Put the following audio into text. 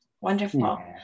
wonderful